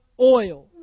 oil